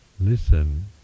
listen